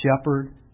shepherd